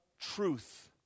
truth